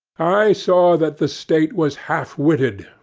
i saw that the state was half-witted,